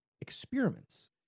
experiments